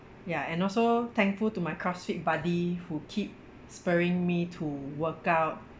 ya and also thankful to my CrossFit buddy who keep spurring me to workout